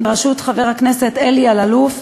בראשות חבר הכנסת אלי אלאלוף,